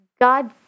God